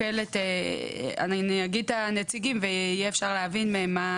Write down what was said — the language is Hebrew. ואני אגיד את הנציגים ואז יהיה אפשר ממה